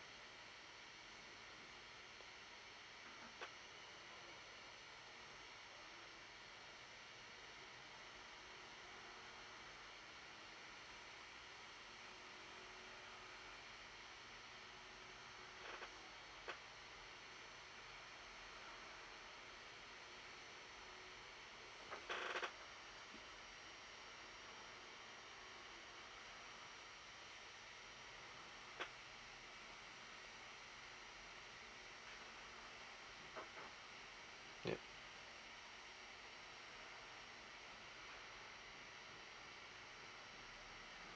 yup